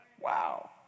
Wow